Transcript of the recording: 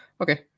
Okay